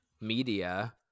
media